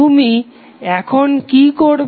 তুমি এখন কি করবে